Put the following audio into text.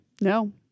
No